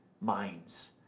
minds